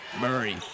Murray